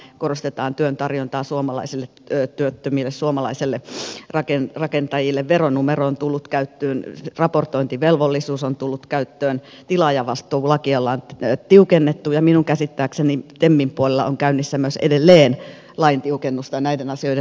rakenneohjelmassa nimenomaan korostetaan työn tarjontaa suomalaisille työttömille suomalaisille rakentajille veronumero on tullut käyttöön raportointivelvollisuus on tullut käyttöön tilaajavastuulakia ollaan tiukennettu ja minun käsittääkseni temin puolella on käynnissä myös edelleen lain tiukennusta näiden asioiden suhteen